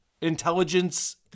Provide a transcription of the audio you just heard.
intelligence